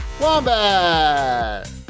wombat